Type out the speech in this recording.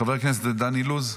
חבר הכנסת דן אילוז,